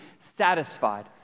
satisfied